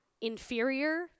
inferior